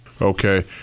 Okay